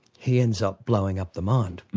he ends up blowing up the mind.